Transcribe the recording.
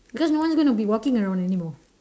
because no one's going to be walking around anymore